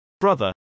Brother